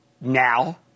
Now